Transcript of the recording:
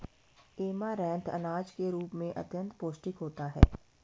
amaranth अनाज के रूप में अत्यंत पौष्टिक होता है